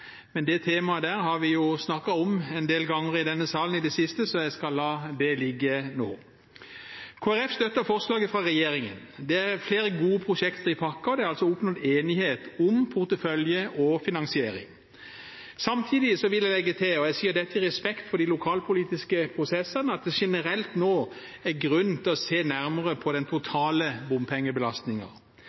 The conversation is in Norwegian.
men det temaet har vi jo snakket om en del ganger i denne salen i det siste, så jeg skal la det ligge nå. Kristelig Folkeparti støtter forslaget fra regjeringen. Det er flere gode prosjekter i pakken, og det er altså oppnådd enighet om portefølje og finansiering. Samtidig vil jeg legge til, og jeg sier dette i respekt for de lokalpolitiske prosessene, at det generelt sett er grunn til å se nærmere på den totale